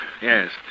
Yes